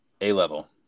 A-level